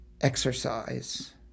exercise